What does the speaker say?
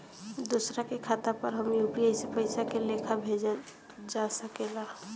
दोसरा के खाता पर में यू.पी.आई से पइसा के लेखाँ भेजल जा सके ला?